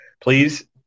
Please